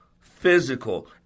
physical